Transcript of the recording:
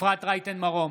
אפרת רייטן מרום,